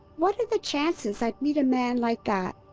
what are the chances i'd meet a man like that,